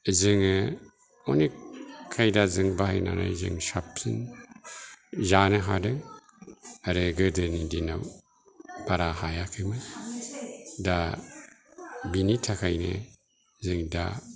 जोङो अनेक खायदाजों बाहायनानै जों साबसिन जानो हादों आरो गोदोनि दिनाव बारा हायाखैमोन दा बिनि थाखायनो जों दा